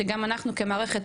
שגם אנחנו כמערכת,